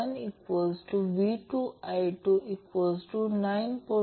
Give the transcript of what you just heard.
हे video lecture वाचतांना आधी ते लक्षात घ्या नंतर प्रॉब्लेम सोडवा